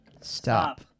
stop